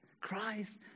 Christ